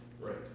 right